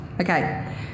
Okay